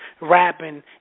rapping